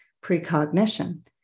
precognition